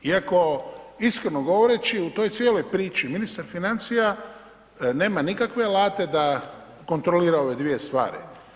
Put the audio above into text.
Iako iskreno govoreći u toj cijeloj priči ministar financija ne ma nikakve alate da kontrolira ove dvije stvari.